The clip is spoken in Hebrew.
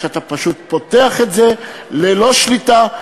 אתה פשוט פותח את זה ללא שליטה.